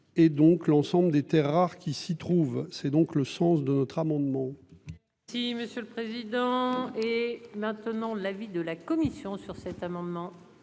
Et donc l'ensemble des Terres rares qui s'y trouvent. C'est donc le sens de notre amendement. Si Monsieur le Président et maintenant l'avis de la commission sur cet amendement.